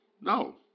No